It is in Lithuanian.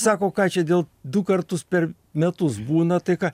sako ką čia dėl du kartus per metus būna tai ką